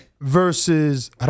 versus